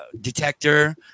Detector